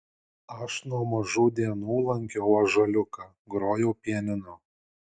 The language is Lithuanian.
aš nuo mažų dienų lankiau ąžuoliuką grojau pianinu